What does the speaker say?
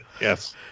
Yes